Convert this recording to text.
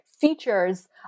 features